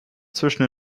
zwischen